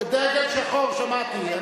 דגל שחור, שמעתי.